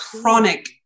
chronic